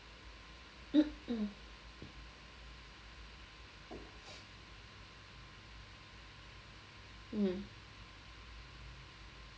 mm